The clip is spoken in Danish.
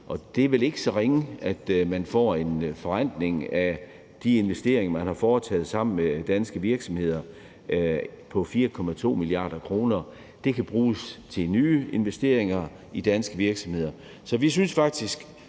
er vel ikke så ringe, at man får en forrentning af de investeringer, man har foretaget sammen med danske virksomheder, på 4,2 mia. kr. De kan bruges til nye investeringer i danske virksomheder.